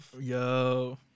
Yo